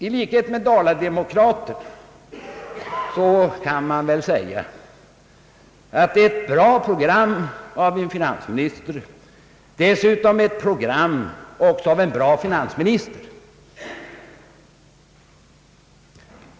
I likhet med Dala-Demokraten kan man väl säga att det är ett bra program av en finansminister och dessutom ett program av en bra finansminister.